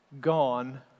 gone